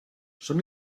són